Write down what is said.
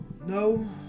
No